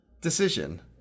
decision